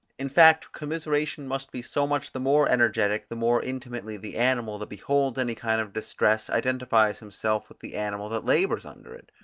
in fact, commiseration must be so much the more energetic, the more intimately the animal, that beholds any kind of distress, identifies himself with the animal that labours under it.